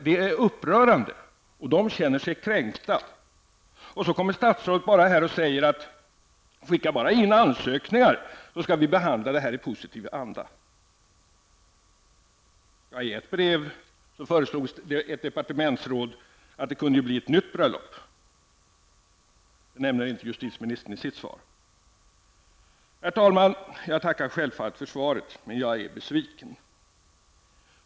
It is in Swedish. Det är upprörande, och de känner sig kränkta. Då kommer statsrådet här och säger: Skicka bara in ansökningar så skall vi behandla dem i positiv anda. I ett brev föreslog ett departementsråd ett nytt bröllop. Det nämner inte justitieministern i sitt svar. Herr talman! Jag tackar självfallet för svaret, men jag är besviken.